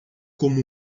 como